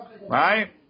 Right